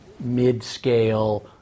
mid-scale